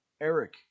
Eric